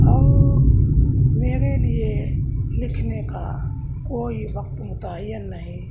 اور میرے لیے لکھنے کا کوئی وقت متعین نہیں